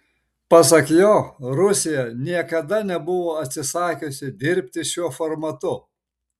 pasak jo rusija niekada nebuvo atsisakiusi dirbti šiuo formatu